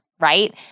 Right